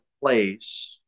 place